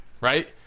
right